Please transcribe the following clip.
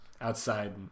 outside